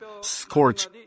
scorch